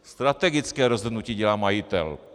Strategické rozhodnutí dělá majitel.